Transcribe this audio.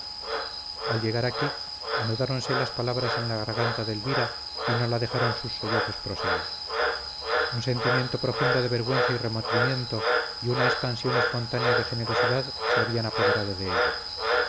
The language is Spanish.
al llegar aquí anudáronse las palabras en la garganta de elvira y no la dejaron sus sollozos proseguir un sentimiento profundo de vergüenza y remordimiento y una expansión espontánea de generosidad se habían apoderado de ella